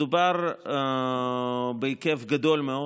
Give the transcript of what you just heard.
מדובר בהיקף גדול מאוד.